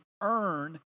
earn